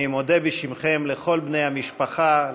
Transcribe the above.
אני מודה בשמכם לכל בני המשפחה,